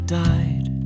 died